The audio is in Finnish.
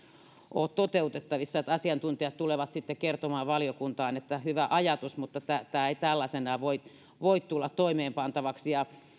ole toteutettavissa vaan asiantuntijat tulevat sitten kertomaan valiokuntaan että hyvä ajatus mutta tämä ei tällaisenaan voi voi tulla toimeenpantavaksi